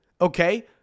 okay